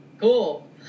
Cool